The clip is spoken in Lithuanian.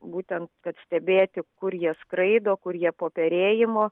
būtent kad stebėti kur jie skraido kur jie po perėjimo